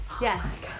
Yes